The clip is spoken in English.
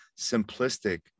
simplistic